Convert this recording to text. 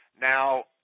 Now